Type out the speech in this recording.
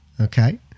Okay